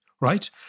right